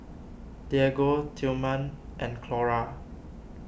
Diego Tillman and Clora